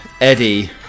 Eddie